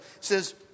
says